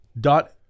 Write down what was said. dot